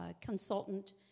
consultant